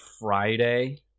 Friday